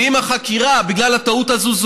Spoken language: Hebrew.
ואם החקירה זוהמה בגלל הטעות הזאת,